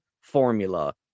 formula